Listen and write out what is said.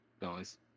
guys